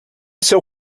seu